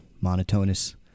monotonous